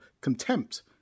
contempt